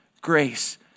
grace